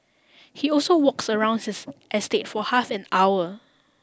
he also walks around his estate for half an hour